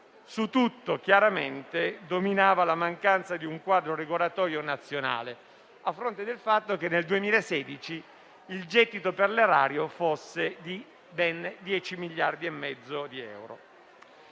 Su tutto, chiaramente, dominava la mancanza di un quadro regolatorio nazionale, a fronte del fatto che nel 2016 il gettito per l'erario fosse di ben 10,5 miliardi di euro.